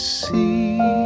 see